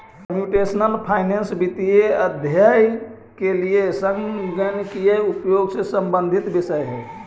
computational finance वित्तीय अध्ययन के लिए संगणकीय प्रयोग से संबंधित विषय है